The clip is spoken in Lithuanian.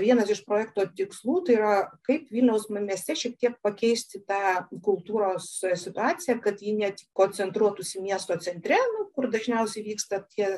vienas iš projekto tikslų tai yra kaip vilniaus mieste šiek tiek pakeisti tą kultūros situaciją kad ji ne koncentruotųsi miesto centre nu kur dažniausiai vyksta tie